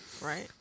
Right